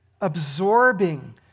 absorbing